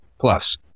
Plus